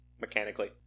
mechanically